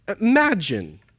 Imagine